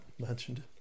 mentioned